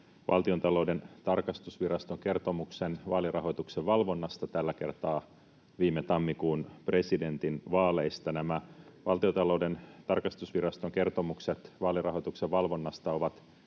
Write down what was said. Valtiontalouden tarkastusviraston kertomuksen, tällä kertaa vaalirahoituksen valvonnasta viime tammikuun presidentinvaaleista. Nämä Valtiontalouden tarkastusviraston kertomukset vaalirahoituksen valvonnasta ovat